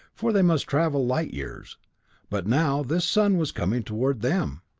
for they must travel light years but now this sun was coming toward them,